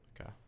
Okay